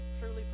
truly